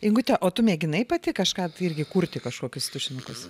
ingute o tu mėginai pati kažką irgi kurti kažkokius tušinukus